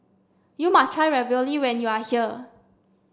you must try Ravioli when you are here